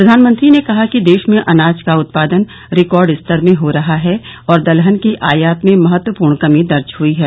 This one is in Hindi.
प्रधानमंत्री ने कहा कि देश में अनाज का उत्पादन रिकॉर्ड स्तर में हो रहा है और दलहन के आयात में महत्वपूर्ण कमी दर्ज हुई है